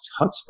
hotspot